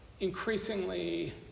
increasingly